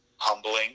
humbling